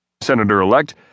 Senator-elect